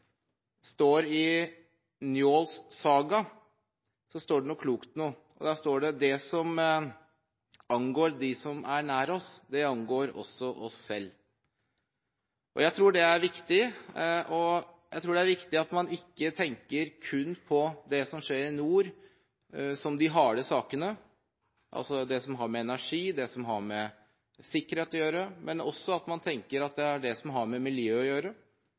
angår dem som er nær oss, det angår også oss selv. Jeg tror det er viktig. Og jeg tror det er viktig når det gjelder det som skjer i nord, at man ikke tenker kun på de harde sakene – det som har med energi og sikkerhet å gjøre – men at man også tenker på det som har med miljø og helseutfordringer å gjøre. Det er faktisk på grensen mellom Norge og Russland man finner det største helsepolitiske skillet mellom to land i verden. Derfor har